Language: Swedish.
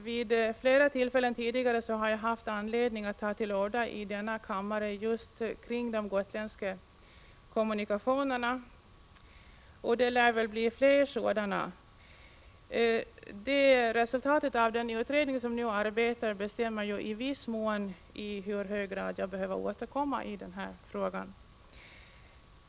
Vid flera tillfällen tidigare har jag haft anledning att ta till orda i denna kammare just kring de gotländska kommunikationerna, och det lär bli fler sådana tillfällen. Resultatet av den utredning som nu arbetar bestämmer i viss mån i hur hög grad jag behöver återkomma i den här frågan.